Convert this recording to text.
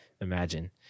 imagine